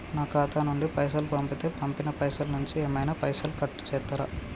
నా ఖాతా నుండి పైసలు పంపుతే పంపిన పైసల నుంచి ఏమైనా పైసలు కట్ చేత్తరా?